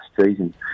season